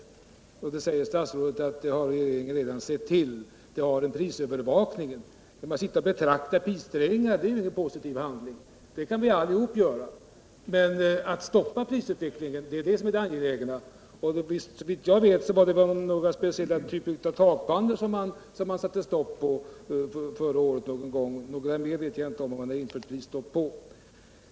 Statsrådet säger all regeringen redan har beaktat den frågan i och med ätt man infört prisövervakningen. Men att sitta och bevaka prisstegringar innebär ju ingen positiv handling — det kan vi alla göra — utan det är att stoppa prisutvecklingen som är det angelägna. Såvitt jag vet är det bara för några speciella typer av takpannor som man någon gång förra året införde prisstopp: något annat har man mig veterligen inte infört prisstopp på.